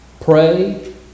pray